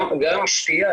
גם השתייה,